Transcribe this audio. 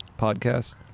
podcast